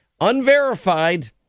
unverified